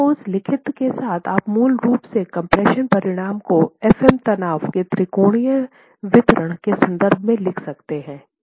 तो उस लिखित के साथ आप मूल रूप से कम्प्रेशन परिणाम को Fm तनाव के त्रिकोणीय वितरण के संदर्भ में लिख सकते हैं